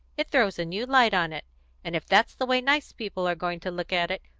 it throws a new light on it and if that's the way nice people are going to look at it,